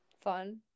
fun